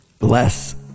less